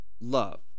love